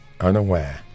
unaware